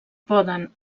poden